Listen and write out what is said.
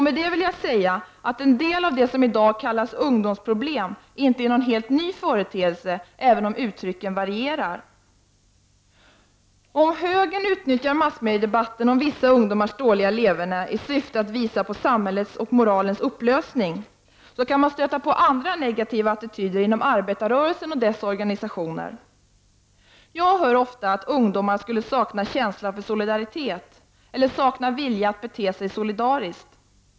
Med detta vill jag säga att en del av det som i dag kallas ungdomsproblem inte är någon helt ny företeelse, även om uttrycken varierar. Om högern utnyttjar massmediedebatten om vissa ungdomars dåliga leverna i syfte att visa på samhällets och moralens upplösning, kan man stöta på andra negativa attityder inom arbetarrörelsen och dess organisationer. Jag hör ofta att ungdomar skulle sakna känsla för solidaritet eller sakna vilja att bete sig solidariskt.